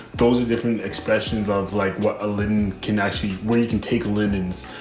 those are different expressions of like what elin can actually wear. you can take linens,